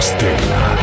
Stella